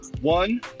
One